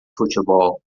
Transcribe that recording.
futebol